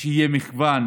שיהיה מגוון